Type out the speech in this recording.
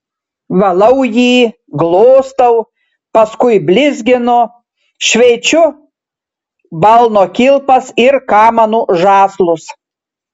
valau jį glostau paskui blizginu šveičiu balno kilpas ir kamanų žąslus